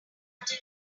until